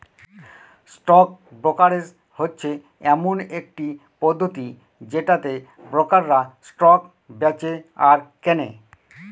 stock brokerage হচ্ছে এমন একটি পদ্ধতি যেটাতে ব্রোকাররা স্টক বেঁচে আর কেনে